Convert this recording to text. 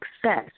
success